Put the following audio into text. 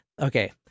Okay